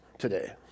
today